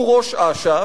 הוא ראש אש"ף,